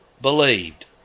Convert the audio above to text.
believed